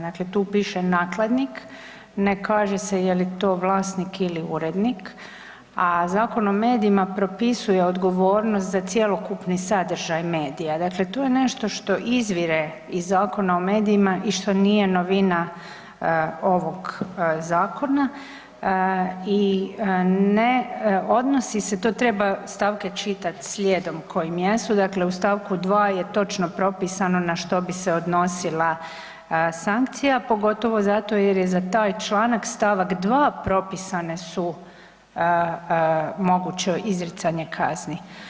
Dakle tu piše nakladnik, ne kaže se je li to vlasnik ili urednik, a Zakon o medijima propisuje odgovornost za cjelokupni sadržaj medija, dakle tu je nešto što izvire iz Zakona o medijima i što nije novina ovog zakona i ne odnosi se, to treba stavke čitati slijedom koji jesu, dakle u st. 2 je točno pripisano na što bi se odnosila sankcija, pogotovo zato jer je za taj članak st. 2 propisane su moguće izricanje kazni.